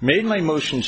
mainly motions